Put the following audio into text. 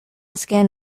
skin